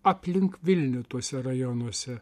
aplink vilnių tuose rajonuose